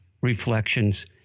reflections